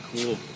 cool